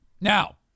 Now